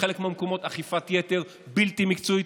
בחלק מהמקומות אכיפת יתר בלתי מקצועית,